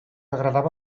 agradava